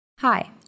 Hi